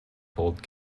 told